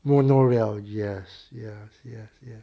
monorail yes yes yes yes